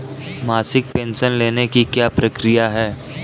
मासिक पेंशन लेने की क्या प्रक्रिया है?